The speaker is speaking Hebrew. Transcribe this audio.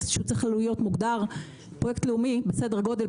שצריך להיות מוגדר פרויקט לאומי בסדר גודל,